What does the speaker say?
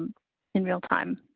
in real time,